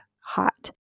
hot